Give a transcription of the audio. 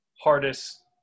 hardest